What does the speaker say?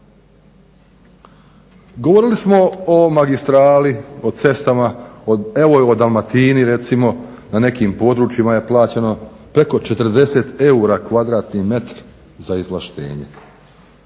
Govorili smo o magistrali, o cestama, evo o Dalmatini recimo, na nekim područjima je plaćeno preko 40 eura kvadratni metar za izvlaštenje.